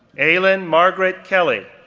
ailyn margaret kelly,